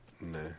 No